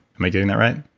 am i getting that right?